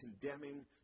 condemning